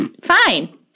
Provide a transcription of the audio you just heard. fine